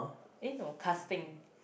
eh no casting